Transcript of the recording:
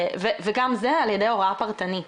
וגם זה על ידי הוראה פרטנית,